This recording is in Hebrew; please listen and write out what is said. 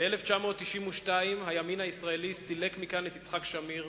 ב-1992 הימין הישראלי סילק מכאן את יצחק שמיר.